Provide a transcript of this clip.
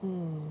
mm